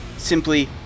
simply